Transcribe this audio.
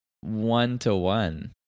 one-to-one